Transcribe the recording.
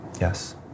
Yes